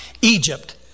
Egypt